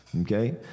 Okay